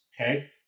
okay